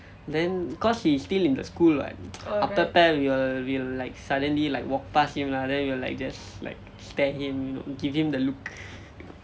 then cause he still in the school [what] அப்ப அப்ப:appa appa we will we will like suddenly like walk past him lah then we will like just like stare at him give him the look